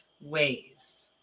ways